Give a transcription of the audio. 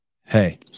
Hey